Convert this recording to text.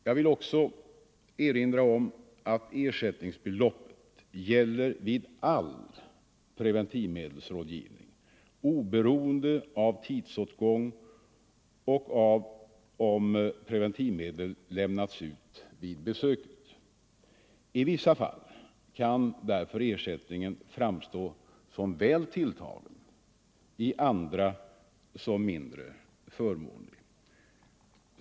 Jag vill också erinra om att ersättningsbeloppet gäller all preventivmedelsrådgivning, oberoende av tidsåtgång och av om preventivmedel lämnats ut vid besöket. I vissa fall kan därför ersättningen framstå som väl tilltagen, i andra som mindre förmånlig.